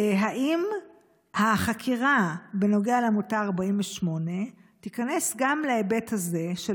האם החקירה בנוגע לעמותה 48 תיכנס גם להיבט הזה של